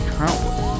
countless